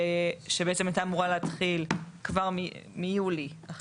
שבעצם הייתה אמורה להתחיל כבר מיולי 2022,